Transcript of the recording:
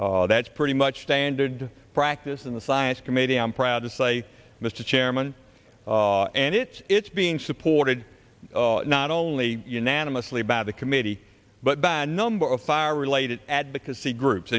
committee that's pretty much standard practice in the science committee i'm proud to say mr chairman and it's it's being supported not only unanimously by the committee but by a number of fire related advocacy groups